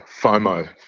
FOMO